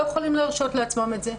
לא יכולים להרשות לעצמם את זה.